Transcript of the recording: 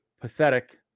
pathetic